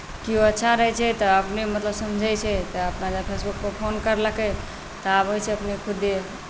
केओ अच्छा रहैत छै तऽ अपने मतलब समझैत छै तऽ अपना जा कऽ फेसबुकपर फोन करलकै तऽ आबैत छै अपने खुदे